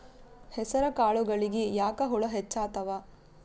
ಹೆಸರ ಕಾಳುಗಳಿಗಿ ಯಾಕ ಹುಳ ಹೆಚ್ಚಾತವ?